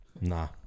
Nah